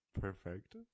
Perfect